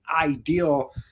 ideal